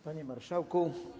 Panie Marszałku!